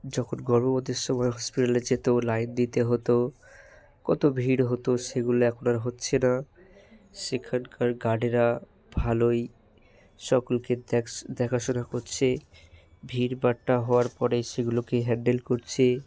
যখন গর্ভপাতের সময় হসপিটালে যেত লাইন দিতে হতো কত ভিড় হতো সেগুলো এখন আর হচ্ছে না সেখানকার গার্ডেরা ভালোই সকলকে দেখাশোনা করছে ভিড়ভাট্টা হওয়ার পরে সেগুলোকে হ্যান্ডেল করছে